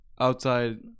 outside